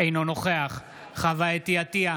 אינו נוכח חוה אתי עטייה,